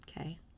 Okay